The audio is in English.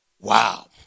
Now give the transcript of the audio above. Wow